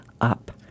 up